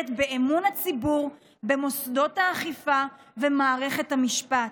באמון הציבור במוסדות האכיפה ובמערכת המשפט.